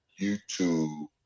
YouTube